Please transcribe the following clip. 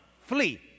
flee